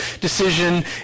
decision